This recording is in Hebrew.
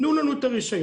תנו לנו את הרישיון,